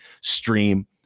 Stream